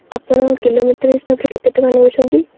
ଆପଣ କିଲୋମିଟର୍ ହିସାବରେ କେତେ ଟଙ୍କା ନେଉଛନ୍ତି